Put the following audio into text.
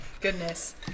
Goodness